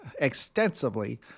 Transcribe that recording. extensively